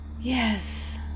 Yes